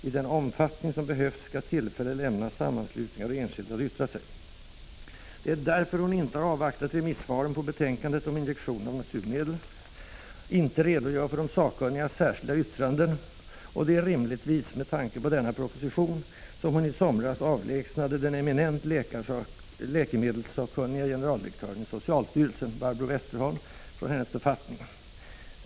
I den omfattning som behövs skall tillfälle lämnas sammanslutningar och enskilda att yttra sig.” Det är därför hon inte har avvaktat remissvaren på betänkandet om injektion av naturmedel och inte redogör för de sakkunnigas särskilda yttranden, och det är rimligtvis med tanke på denna proposition som hon i somras avlägsnade den eminent läkemedelssakkunniga generaldirektören i socialstyrelsen Barbro Westerholm från hennes befattning.